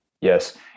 yes